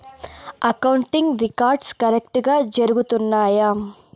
accounting records కరెక్టుగా జరుగుతున్నాయా